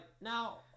now